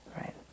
right